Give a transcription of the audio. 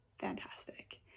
fantastic